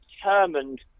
determined